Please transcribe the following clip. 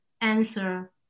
answer